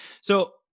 So-